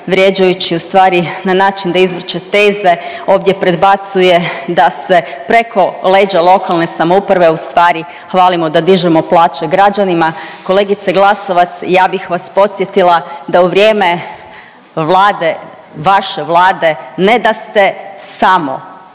vrijeđajući u stvari na način da izvrće teze, ovdje predbacuje da se preko leđa lokalne samouprave u stvari hvalimo da dižemo plaće građanima. Kolegice Glasovac, ja bih vas podsjetila da u vrijeme Vlade, vaše Vlade, ne da ste samo